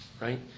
right